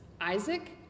Isaac